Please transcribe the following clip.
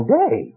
day